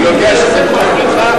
אני יודע שזה כואב לך.